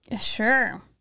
Sure